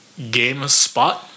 GameSpot